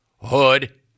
Hood